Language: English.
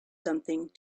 something